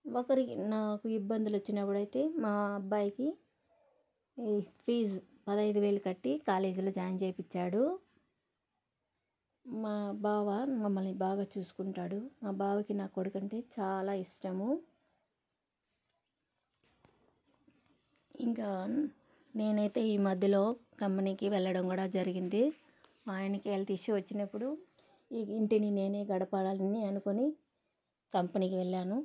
ఒకరికి నాకు ఇబ్బందులు వచ్చినప్పుడు అయితే మా అబ్బాయికి ఫీజు పదహైదు వేలు కట్టి కాలేజీలో జాయిన్ చేయిపించాడు మా బావ మమ్మల్ని బాగా చూసుకుంటాడు మా బావకి నా కొడుకు అంటే చాలా ఇష్టము ఇంకా నేనైతే ఈ మధ్యలో కంపెనీకి వెళ్ళడం కూడా జరిగింది ఆయనకి హెల్త్ ఇష్యూ వచ్చినప్పుడు ఇంటిని నేనే గడపాలని అనుకొని కంపెనీకి వెళ్ళాను